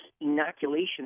inoculation